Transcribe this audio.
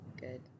good